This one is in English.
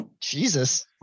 Jesus